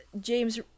James